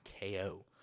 KO